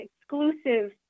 exclusive